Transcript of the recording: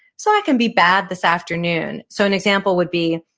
so i can be bad this afternoon. so an example would be,